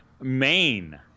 Maine